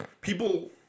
people